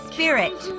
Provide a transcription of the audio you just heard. Spirit